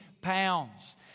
pounds